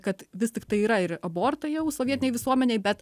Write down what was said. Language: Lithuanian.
kad vis tiktai yra ir abortai jau sovietinėj visuomenėj bet